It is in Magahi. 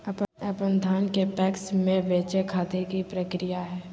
अपन धान के पैक्स मैं बेचे खातिर की प्रक्रिया हय?